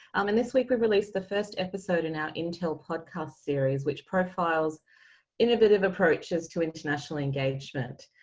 um and this week, we released the first episode in our intel podcast series, which profiles innovative approaches to international engagement.